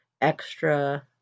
extra